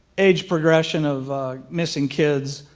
age progression of missing kids,